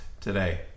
today